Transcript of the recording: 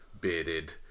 bearded